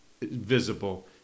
visible